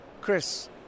Chris